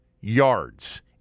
yards